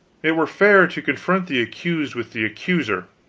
it were fairer to confront the accused with the accuser.